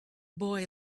boy